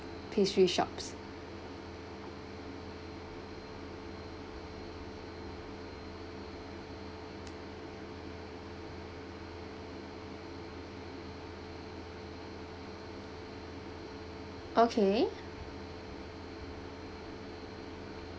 pastry shops okay